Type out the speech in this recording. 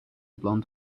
blond